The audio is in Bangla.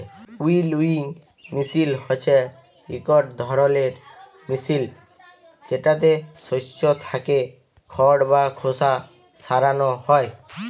উইলউইং মেসিল হছে ইকট ধরলের মেসিল যেটতে শস্য থ্যাকে খড় বা খোসা সরানো হ্যয়